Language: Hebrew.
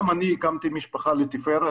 גם אני הקמתי משפחה תפארת.